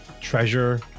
treasure